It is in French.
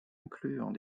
incluant